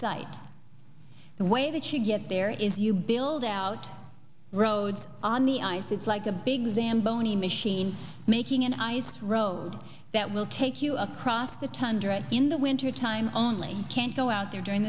site the way that you get there is you build out roads on the ice it's like a big zamboni machine making an ice road that will take you across the tundra in the wintertime only can't go out there during